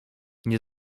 nie